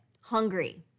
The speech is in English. hungry